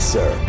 Sir